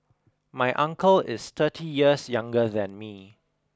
my uncle is thirty years younger than me